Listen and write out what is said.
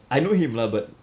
I know him lah but